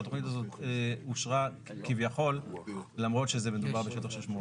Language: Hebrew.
והתכנית הזאת אושרה כביכול למרות שמדובר בשטח של שמורת טבע.